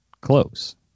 close